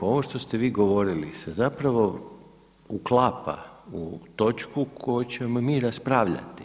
Ovo što ste vi govorili zapravo uklapa u točku koju ćemo mi raspravljati.